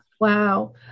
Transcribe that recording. Wow